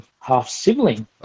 half-sibling